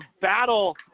battle